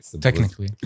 technically